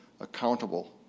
accountable